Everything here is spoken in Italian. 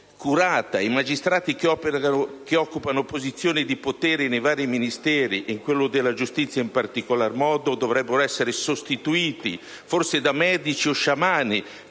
I magistrati che occupano posizioni di potere nei vari Ministeri, e in quello della giustizia in particolar modo, dovrebbero essere sostituiti, forse da medici o sciamani